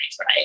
right